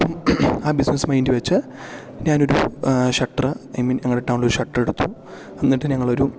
അപ്പം ആ business mind വെച്ച് ഞാനൊരു ഷട്ര് ഐ മീൻ ഞങ്ങളുടെ ടൗണിലൊരു ഷട്ര് എടുത്തു എന്നിട്ട് ഞങ്ങളൊരു